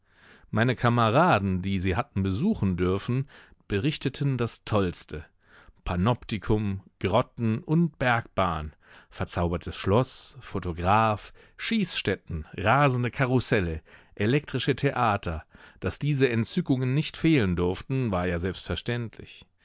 meine kameraden die sie hatten besuchen dürfen berichteten das tollste panoptikum grotten und bergbahn verzaubertes schloß photograph schießstätten rasende karusselle elektrische theater daß diese entzückungen nicht fehlen durften war ja selbstverständlich